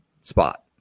spot